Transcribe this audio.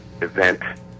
event